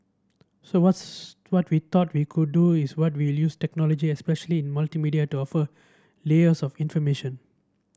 so what's what we thought we could do is what we use technology especially multimedia to offer layers of information